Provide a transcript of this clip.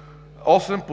заповед